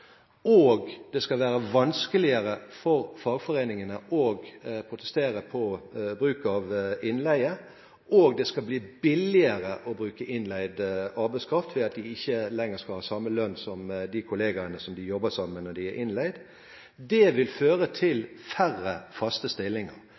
det skal bli vanskeligere for fagforeningene å protestere på bruk av innleie, og at det skal bli billigere å bruke innleid arbeidskraft siden man som innleid arbeidskraft ikke lenger skal ha samme lønn som de kollegene som man jobber sammen med, vil føre til færre faste stillinger. Det